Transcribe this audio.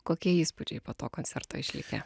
kokie įspūdžiai po to koncerto išlikę